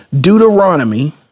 Deuteronomy